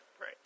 right